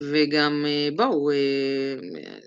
וגם... בואו...